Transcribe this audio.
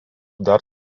dar